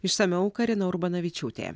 išsamiau karina urbanavičiūtė